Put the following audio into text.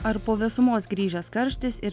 ar po vėsumos grįžęs karštis ir